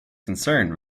concerned